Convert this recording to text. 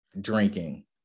drinking